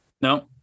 No